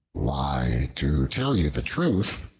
why, to tell you the truth,